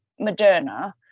Moderna